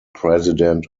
president